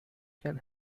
can